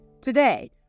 Today